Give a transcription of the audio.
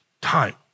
time